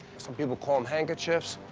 some people call them handkerchiefs.